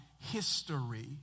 history